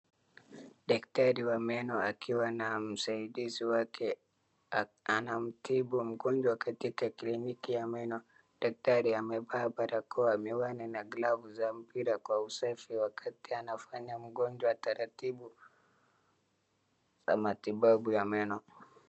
Daktari wa meno akiwa na msaidizi wake, anamtibu mgonjwa katika kliniki ya meno. Daktari amevaa barakoa, miwani na glavu za mpira kwa usafi wakati anafanyia mgonjwa taratibu za matibabu ya meno.